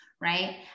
right